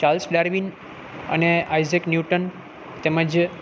Charles Darwin અને Isaac Newton તેમજ